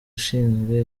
ushinzwe